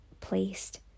placed